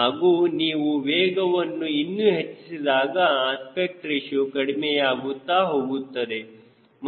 ಹಾಗೂ ನೀವು ವೇಗವನ್ನು ಇನ್ನು ಹೆಚ್ಚಿಸಿದಾಗ ಅಸ್ಪೆಕ್ಟ್ ರೇಶಿಯೋ ಕಡಿಮೆಯಾಗುತ್ತ ಹೋಗುತ್ತದೆ ಮತ್ತು 6 5